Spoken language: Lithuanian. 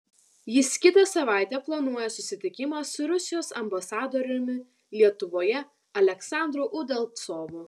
jis kitą savaitę planuoja susitikimą su rusijos ambasadoriumi lietuvoje aleksandru udalcovu